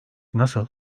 nasıl